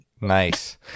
Nice